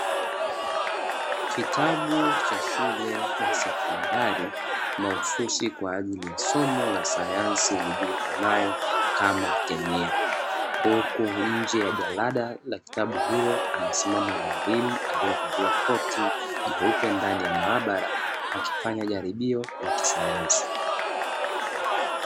Kitabu cha shule ya sekondari mahususi kwaajili ya somo la sayansi lijulikanayo kama kemia. Huku nje ya jarada la kitabu hilo amesimama mwalimu aliyevalia koti jeupe ndani ya maabara akifanya jaribio la sayansi.